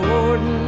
Jordan